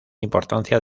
importancia